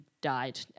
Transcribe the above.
died